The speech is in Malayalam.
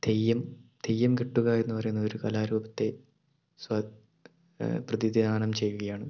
തെയ്യം തെയ്യം കെട്ടുക എന്ന് പറയുന്ന ഒരു കലാരൂപത്തെ സ പ്രതിനിധാനം ചെയ്യുകയാണ്